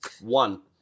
One